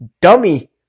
Dummy